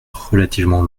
relativement